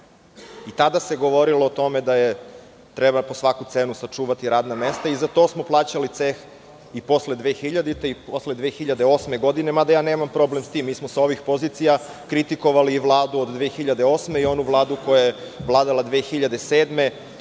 I tada se govorilo o tome da treba po svaku cenu sačuvati radna mesta i za to smo plaćali ceh i posle 2000. i posle 2008. godine. Mada, ja nemam problem sa tim. Mi smo sa ovih pozicija kritikovali i Vladu od 2008. godine i onu Vladu koja je vladala 2007. godine,